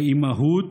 האימהות,